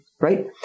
right